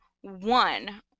one